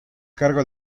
cargo